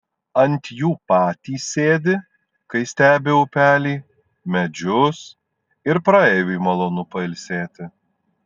ant jų patys sėdi kai stebi upelį medžius ir praeiviui malonu pailsėti